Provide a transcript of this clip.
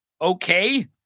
Okay